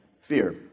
fear